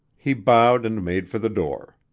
he bowed and made for the door.